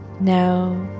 Now